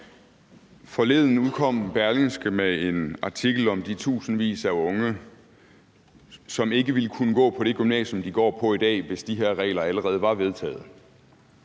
Forleden udkom Berlingske med en artikel om de tusindvis af unge, som ikke ville kunne gå på det gymnasium, de går på i dag, hvis de her regler allerede var vedtaget.